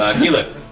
ah keyleth.